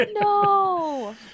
No